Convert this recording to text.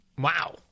Wow